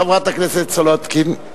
חברת הכנסת סולודקין,